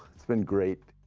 it's been great.